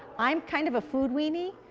i'm kind of a food weenie.